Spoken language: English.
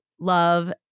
love